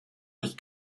durch